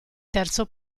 terzo